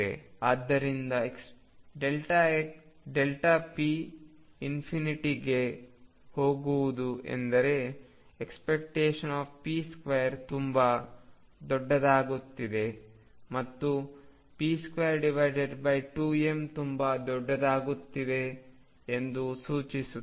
ಆದ್ದರಿಂದp ಗೆ ಹೋಗುವುದು ಎಂದರೆ ⟨p2⟩ ತುಂಬಾ ದೊಡ್ಡದಾಗುತ್ತಿದೆ ಮತ್ತು p22m ತುಂಬಾ ದೊಡ್ಡದಾಗುತ್ತಿದೆ ಎಂದು ಸೂಚಿಸುತ್ತದೆ